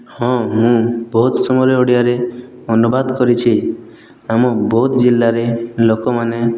ହଁ ମୁଁ ବହୁତ ସମୟରେ ଓଡ଼ିଆରେ ଅନୁବାଦ କରିଛି ଆମ ବୌଦ୍ଧ ଜିଲ୍ଲାରେ ଲୋକମାନେ